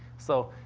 so,